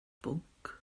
bwnc